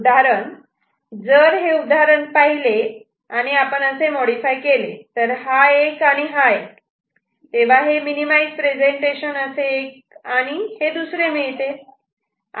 उदाहरणार्थ जर हे उदाहरण पाहिले आणि आपण असे मॉडीफाय केले तर हा 1 आणि हा 1 तेव्हा मिनिमाईज प्रेझेन्टेशन असे हे एक आणि हे दुसरे मिळते